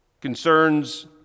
concerns